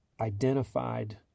identified